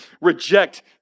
reject